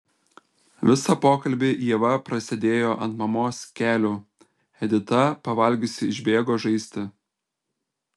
visą pokalbį ieva prasėdėjo ant mamos kelių edita pavalgiusi išbėgo žaisti